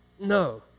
No